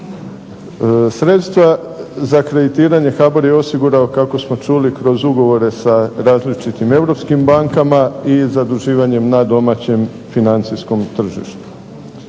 Sredstva za kreditiranje HBOR je osigurao kako smo čuli kroz ugovore sa različitim europskim bankama i zaduživanjem na domaćem financijskom tržištu.